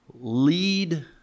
lead